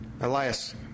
Elias